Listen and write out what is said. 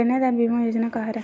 कन्यादान बीमा योजना का हरय?